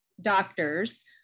doctors